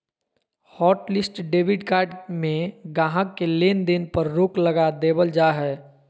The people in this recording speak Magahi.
हॉटलिस्ट डेबिट कार्ड में गाहक़ के लेन देन पर रोक लगा देबल जा हय